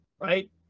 right